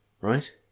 right